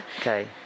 Okay